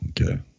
okay